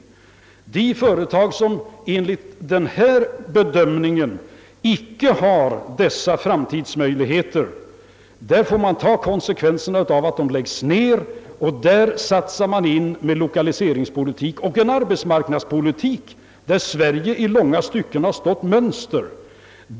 Beträffande de företag, som enligt denna bedömning icke har dessa framtidsmöjligheter, får man ta konsekvenserna av att de läggs ner och sat sa på en lokaliseringspolitik och en arbetsmarknadspolitik där Sverige i långe stycken stått mönster.